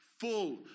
full